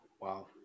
Wow